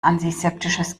antiseptisches